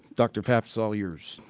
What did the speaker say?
doctor pfaff, it's all yours.